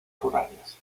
rurales